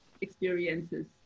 experiences